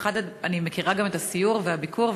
אני מכירה גם את הסיור והביקור,